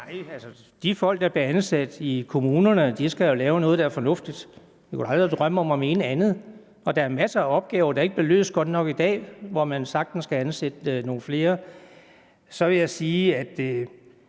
Nej. De folk, der bliver ansat i kommunerne, skal jo lave noget, der er fornuftigt. Vi kunne aldrig drømme om at mene andet. Der er masser af opgaver, der ikke bliver løst godt nok i dag, og der kunne man sagtens ansætte nogle flere. Så vil jeg sige, at